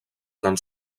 tan